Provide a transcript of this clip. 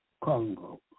Congo